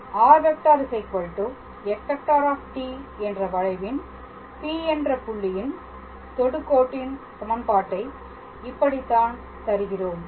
r⃗ f⃗ என்ற வளைவின் P என்ற புள்ளியின் தொடுகோட்டின் சமன்பாட்டை இப்படித்தான் தருகிறோம்